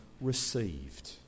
received